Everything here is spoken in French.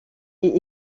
est